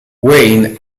wayne